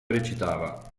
recitava